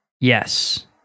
Yes